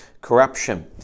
corruption